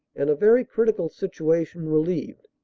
and a very critical situation relieved.